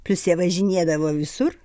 prisivažinėdavo visur